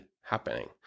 happening